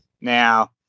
Now